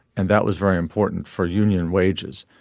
and that was very important for union wages.